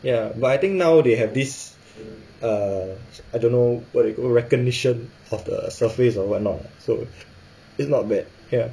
ya but I think now they have this err I don't know what they recognition of the surface or what not so it's not bad ya